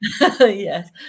Yes